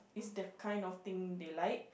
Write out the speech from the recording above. it's the kind of thing they like